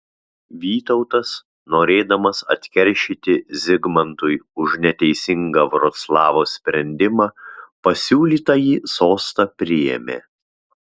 vytautas norėdamas atkeršyti zigmantui už neteisingą vroclavo sprendimą pasiūlytąjį sostą priėmė